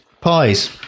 Pies